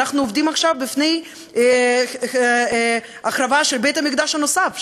אנחנו עומדים עכשיו בפני החרבה של בית-המקדש הנוסף,